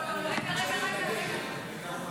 רגע, רגע, רגע.